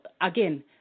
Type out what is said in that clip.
again